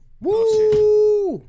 Woo